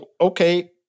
okay